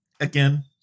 again